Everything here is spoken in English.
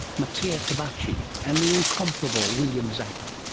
mattia tabacci, and the incomparable william zappa.